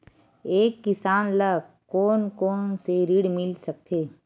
एक किसान ल कोन कोन से ऋण मिल सकथे?